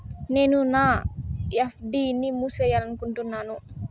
నేను నా ఎఫ్.డి ని మూసేయాలనుకుంటున్నాను